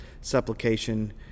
supplication